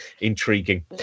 intriguing